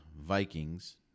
Vikings